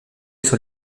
sur